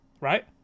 right